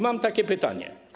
Mam takie pytanie.